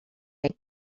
make